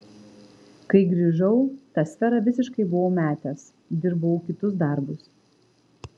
kai grįžau tą sferą visiškai buvau metęs dirbau kitus darbus